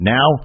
Now